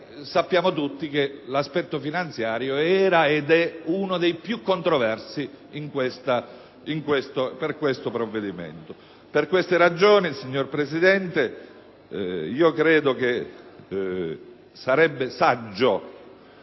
sappiamo tutti che l'aspetto finanziario era - ed è - uno dei più controversi per questo provvedimento. Per queste ragioni signor Presidente, credo che sarebbe saggio,